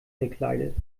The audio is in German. verkleidet